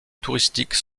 touristique